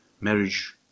marriage